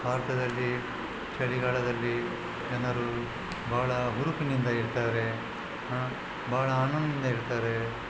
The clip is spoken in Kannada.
ಭಾರತದಲ್ಲಿ ಚಳಿಗಾಲದಲ್ಲಿ ಜನರು ಬಹಳ ಹುರುಪಿನಿಂದ ಇರ್ತಾರೆ ಬಹಳ ಆನಂದದಿಂದ ಇರ್ತಾರೆ